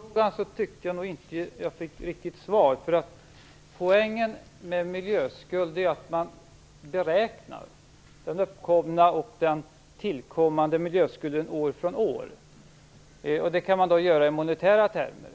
Fru talman! Jag tyckte inte att jag fick något riktigt svar på frågan om miljöskulden. Poängen med en miljöskuld är att man beräknar den uppkomna och den tillkommande miljöskulden år från år. Det kan man göra i monetära termer.